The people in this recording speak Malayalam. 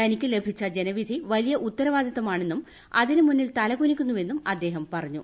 തനിക്ക് ലഭിച്ച ജനവിധി വലിയ ഉത്തരവാദിത്തമാണെന്നും അതിന് മുന്നിൽ തലകുനിക്കുന്നുവെന്നും അദ്ദേഹം പറഞ്ഞു